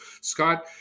Scott